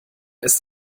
ist